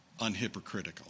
unhypocritical